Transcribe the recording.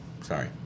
Sorry